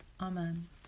Amen